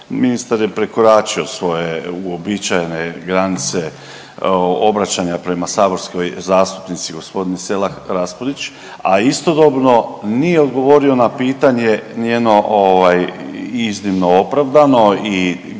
ministar je prekoračio svoje uobičajene granice obraćanja prema saborskoj zastupnici gospođi Selak Raspudić, a istodobno nije odgovorio na pitanje njeno iznimno opravdano i gdje